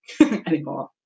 anymore